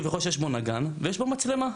כביכול שיש בו נגן ויש בו מצלמה.